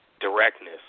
directness